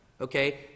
Okay